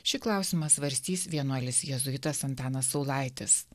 šį klausimą svarstys vienuolis jėzuitas antanas saulaitis